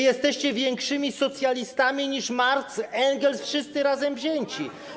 Jesteście większymi socjalistami niż Marks, Engels, wszyscy razem wzięci.